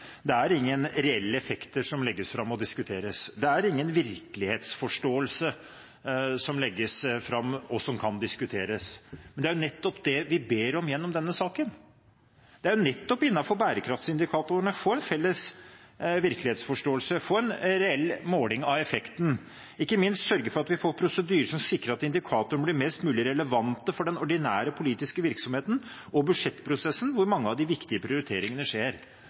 Det er ingen reelle effekter som legges fram og diskuteres, det er ingen virkelighetsforståelse som legges fram, og som kan diskuteres. Men det er nettopp det vi ber om gjennom denne saken. Det er jo nettopp innenfor bærekraftsindikatorene vi får en felles virkelighetsforståelse, får en reell måling av effekten, og ikke minst kan sørge for at vi får prosedyrer som sikrer at indikatorene blir mest mulig relevante for den ordinære politiske virksomheten og budsjettprosessen, hvor mange av de viktige prioriteringene skjer.